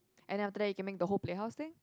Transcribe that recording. and after that you can make the whole playhouse there